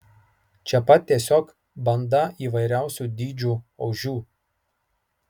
čia pat tiesiog banda įvairiausių dydžių ožių